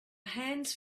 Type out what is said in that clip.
hands